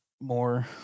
more